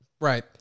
Right